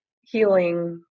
healing